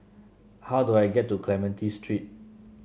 how do I get to Clementi Street